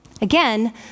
Again